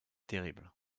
terrible